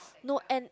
no end